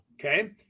okay